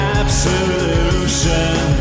absolution